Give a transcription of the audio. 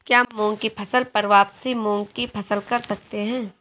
क्या मूंग की फसल पर वापिस मूंग की फसल कर सकते हैं?